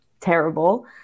terrible